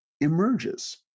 emerges